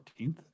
14th